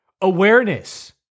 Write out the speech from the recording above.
Awareness